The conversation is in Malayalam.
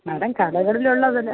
മാഡം കടകളിലുള്ള വില